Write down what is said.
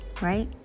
right